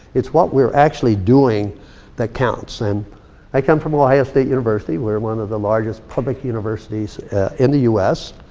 it's what we're actually doing that counts. and i come from ohio state university. we're one of the largest public universities in the u s.